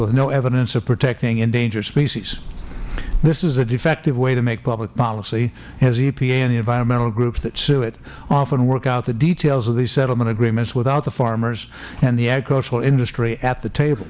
with no evidence of protecting endangered species this is a defective way to make public policy as the epa and the environmental groups that sue it often work out the details of these settlement agreements without the farmers and the agricultural industry at the table